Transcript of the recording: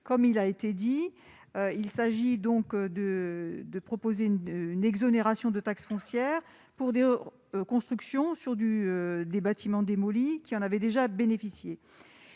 taxe foncière. Il s'agit de proposer une exonération de taxe foncière pour les constructions sur des bâtiments démolis qui en avaient déjà bénéficié,